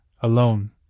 alone